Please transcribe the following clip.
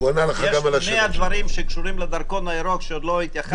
ויש מאה דברים שקשורים לדרכון הירוק שעוד לא התייחסתי אליהם.